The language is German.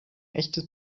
echtes